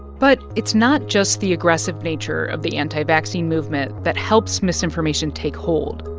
but it's not just the aggressive nature of the anti-vaccine movement that helps misinformation take hold.